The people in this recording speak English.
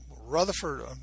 Rutherford